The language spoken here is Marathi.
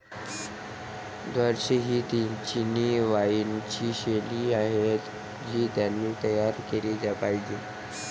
द्राक्षे ही चिनी वाइनची शैली आहे जी त्यांनी तयार केली पाहिजे